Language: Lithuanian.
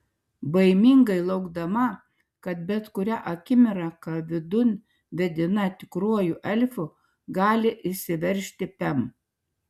baimingai laukdama kad bet kurią akimirką vidun vedina tikruoju elfu gali įsiveržti pem